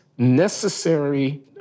necessary